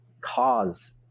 cause